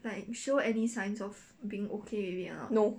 no